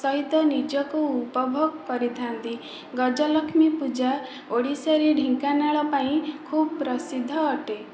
ସହିତ ନିଜକୁ ଉପଭୋଗ କରିଥାଆନ୍ତି ଗଜଲକ୍ଷ୍ମୀ ପୂଜା ଓଡ଼ିଶାରେ ଢେଙ୍କାନାଳ ପାଇଁ ଖୁବ ପ୍ରସିଦ୍ଧ ଅଟେ